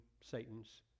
Satan's